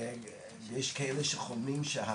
יש כאלה שחולמים שם